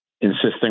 insisting